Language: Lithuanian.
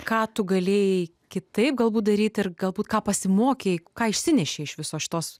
ką tu galėjai kitaip galbūt daryt ir galbūt ką pasimokei ką išsinešei iš visos šitos